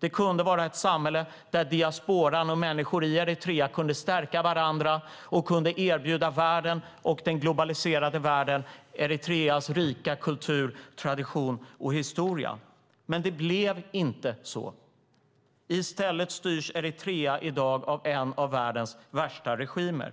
Det kunde ha varit ett samhälle där diasporan och människor i Eritrea kunde stärka varandra och erbjuda den globaliserade världen Eritreas rika kultur, tradition och historia. Det blev dock inte så. I stället styrs Eritrea i dag av en av världens värsta regimer.